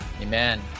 Amen